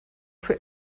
für